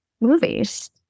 movies